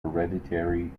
hereditary